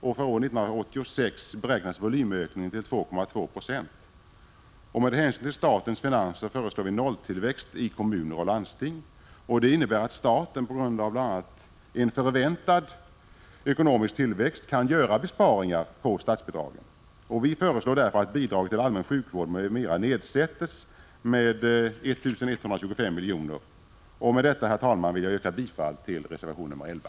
För år 1986 beräknas volymökningen bli 2,2 Ze. Med hänsyn till statens finanser föreslår vi nolltillväxt i kommuner och landsting. Det innebär att staten, bl.a. tack vare en förväntad ekonomisk tillväxt, kan göra besparingar på statsbidragen. Vi föreslår därför att bidraget till allmän sjukvård m.m. nedsätts med 1 125 milj.kr. Med detta, herr talman, vill jag yrka bifall till reservation 11.